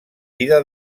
vida